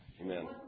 Amen